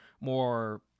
more